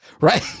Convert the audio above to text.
right